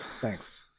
Thanks